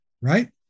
right